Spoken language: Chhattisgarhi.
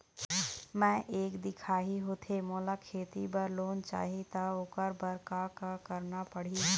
मैं एक दिखाही होथे मोला खेती बर लोन चाही त ओकर बर का का करना पड़ही?